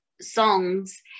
songs